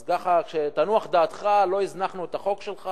אז תנוח דעתך, לא הזנחנו את החוק שלך.